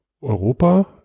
Europa